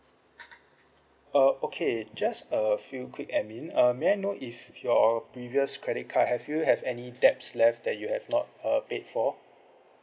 uh okay just a few quick admin uh may I know if your previous credit card have you have any debts left that you have not uh paid for